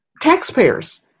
taxpayers